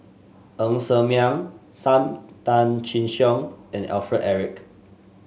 Ng Ser Miang Sam Tan Chin Siong and Alfred Eric